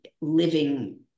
living